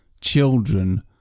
children